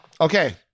Okay